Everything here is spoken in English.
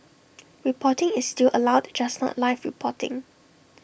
reporting is still allowed just not live reporting